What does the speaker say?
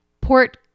Port